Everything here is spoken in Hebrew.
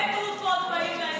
הרבה תרופות לאזרחים.